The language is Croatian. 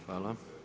Hvala.